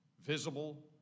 visible